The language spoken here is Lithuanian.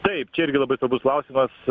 taip čia irgi labai svarbus klausimas